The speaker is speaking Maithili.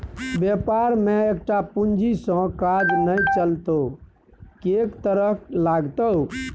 बेपार मे एकटा पूंजी सँ काज नै चलतौ कैक तरहक लागतौ